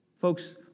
Folks